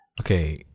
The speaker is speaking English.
Okay